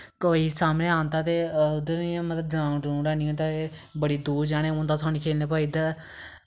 कोई सामनै आंदा ते उद्धर इयां मतलब ग्राउंड हैनी होंदा बड़ी दूर जाना पौंदा सानू खेलने पर इद्धर